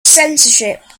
censorship